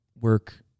work